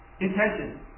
Intention